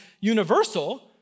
universal